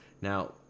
Now